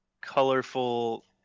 colorful